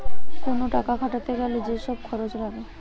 কোন টাকা খাটাতে গ্যালে যে সব খরচ লাগে